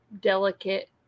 delicate